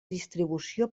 distribució